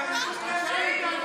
את משוריינת.